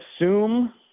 assume